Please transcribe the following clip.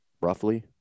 roughly